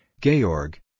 Georg